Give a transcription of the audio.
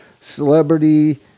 celebrity